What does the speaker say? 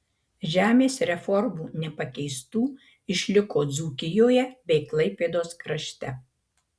žemės reformų nepakeistų išliko dzūkijoje bei klaipėdos krašte